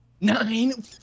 Nine